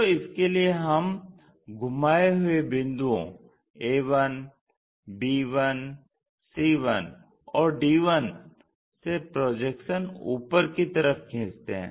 तो इसके लिए हम घुमाये हुए बिंदुओं a 1 b 1 c 1 और d 1 से प्रोजेक्शन ऊपर की तरफ खींचते हैं